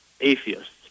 atheists